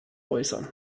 äußern